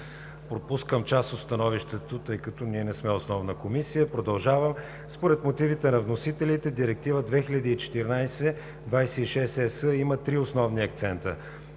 Пропускам част от становището, тъй като не сме основна комисия. Продължавам: „Според мотивите на вносителите Директива 2014/26/ЕС има 3 основни акцента: